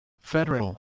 federal